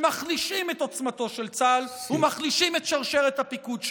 שמחלישים את עוצמתו של צה"ל ומחלישים את שרשרת הפיקוד שלו.